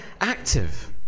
active